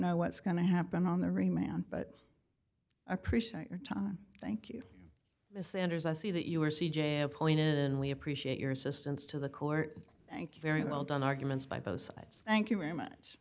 know what's going to happen on the remain on but appreciate your time thank you miss anders i see that you are c j appointed and we appreciate your assistance to the court thank you very well done arguments by both sides thank you very much